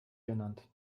genannt